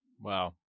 Wow